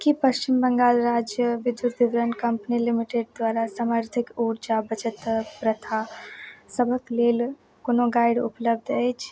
की पश्चिम बंगाल राज्य विद्युत विवरण कम्पनी लिमिटेड द्वारा समर्थिक ऊर्जा बचत प्रथा सभक लेल कोनो गाड़ी उपलब्ध अछि